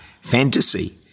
Fantasy